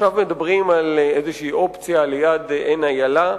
עכשיו מדברים על איזו אופציה ליד עין-איילה,